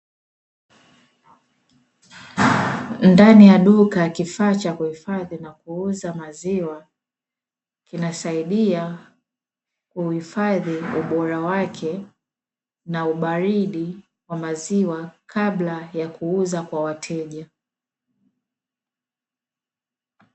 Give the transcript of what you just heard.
Ndani ya duka, kifaa cha kuhifadhi na kuuza maziwa kinasaidia kuhifadhi ubora wake na ubaridi wa maziwa kabla ya kuuza kwa wateja.